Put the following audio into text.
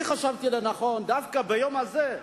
אני חשבתי לנכון דווקא ביום הזה,